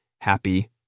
happy